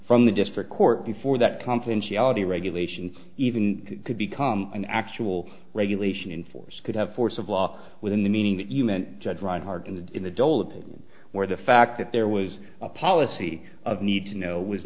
from the district court before that confidentiality regulation even could become an actual regulation in force could have force of law within the meaning that you meant judge reinhart in the in the dolittle where the fact that there was a policy of need to know was